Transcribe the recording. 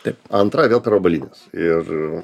taip antrą ir vėl per obuolines ir